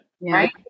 Right